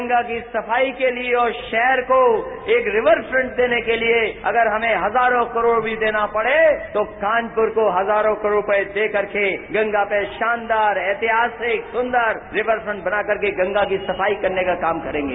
गंगा की सफाई के लिए और शहर को एक रिवर फ्रंट देने के लिए अगर हमें हजारों करोड़ भी देना पड़े तो कानपुर को हजारों करोड़ रूपये देकर के गंगा पर एक शानदार ऐतिहासिक सुंदर रिवर फ्रंट बनाकर गंगा की सफाई करने का काम करेंगे